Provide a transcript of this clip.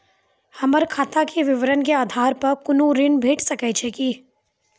हमर खाता के विवरण के आधार प कुनू ऋण भेट सकै छै की?